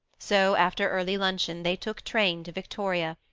so, after early luncheon, they took train to victoria,